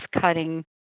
cutting